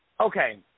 Okay